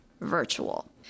virtual